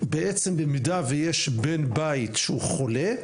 בעצם במידה ויש בן בית שהוא חולה,